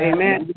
Amen